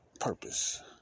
purpose